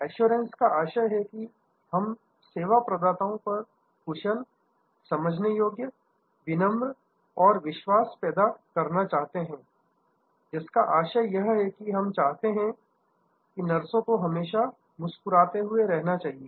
assurance का आशय है कि हम सेवा प्रदाताओं पर कुशल समझने योग्य विनम्र और विश्वास पैदा करना चाहते हैं जिसका आशय यह है कि हम चाहते हैं नर्सों को हमेशा मुस्कुराते हुए रहना चाहिए